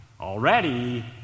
already